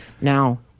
Now